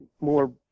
more